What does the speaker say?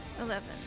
Eleven